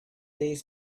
days